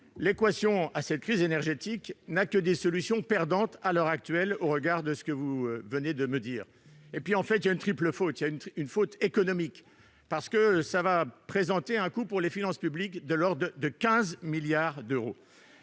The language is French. l'équation à cette crise énergétique n'a que des solutions perdantes, à l'heure actuelle, au regard de ce que vous venez de dire. La faute est en fait triple. C'est une faute économique, parce que cela va présenter un coût pour les finances publiques de l'ordre de 15 milliards d'euros.